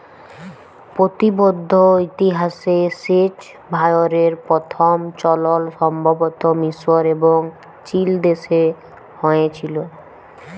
লতিবদ্ধ ইতিহাসে সেঁচ ভাঁয়রের পথম চলল সম্ভবত মিসর এবং চিলদেশে হঁয়েছিল